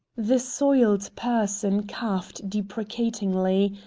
the soiled person coughed deprecatingly,